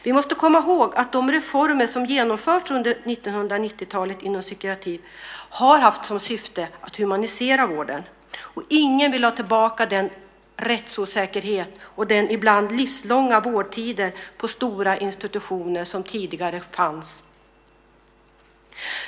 Vi måste komma ihåg att de reformer som genomförts under 1990-talet inom psykiatrin har haft som syfte att humanisera vården. Och ingen vill ha tillbaka den rättsosäkerhet och de ibland livslånga vårdtider på stora institutioner som tidigare fanns.